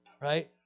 Right